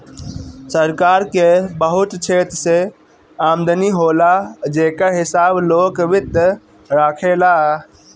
सरकार के बहुत क्षेत्र से आमदनी होला जेकर हिसाब लोक वित्त राखेला